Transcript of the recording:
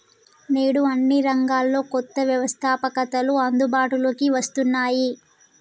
నేడు అన్ని రంగాల్లో కొత్త వ్యవస్తాపకతలు అందుబాటులోకి వస్తున్నాయి